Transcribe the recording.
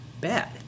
bad